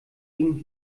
gegen